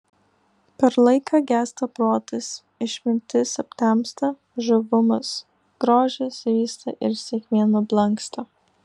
per laiką gęsta protas išmintis aptemsta žavumas grožis vysta ir sėkmė nublanksta